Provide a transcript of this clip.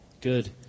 Good